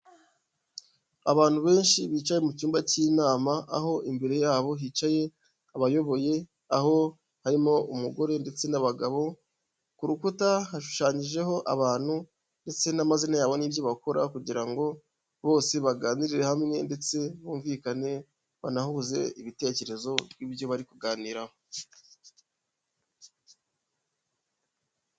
Abantu benshi bicaye mu cyumba cy'inama aho imbere yabo hicaye abayoboye aho harimo umugore ndetse n'abagabo. Ku rukuta hashushanyijeho abantu ndetse n'amazina yabo n'ibyo bakora kugirango bose baganirire hamwe ndetse bumvikane, banahuze ibitekerezo by'ibyo bari kuganiraho.